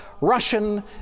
Russian